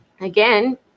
Again